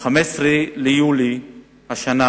ב-15 ביולי השנה